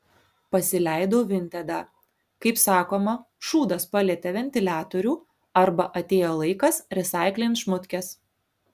pasileidau vintedą kaip sakoma šūdas palietė ventiliatorių arba atėjo laikas resaiklint šmutkes